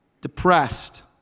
depressed